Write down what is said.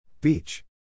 Beach